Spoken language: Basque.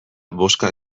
bozka